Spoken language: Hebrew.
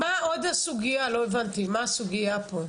מה עוד הסוגייה לא הבנתי, מה הסוגייה פה?